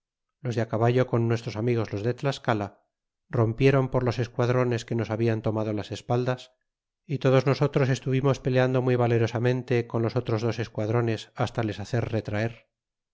los de cabalbo con nuestros amigos los de tlascala rompieron por los esquadrones que nos hablan tomado las espaldas y todos nosotros estuvimos peleando muy valerosamente con los otros dos esquadrones hasta les hacer retraer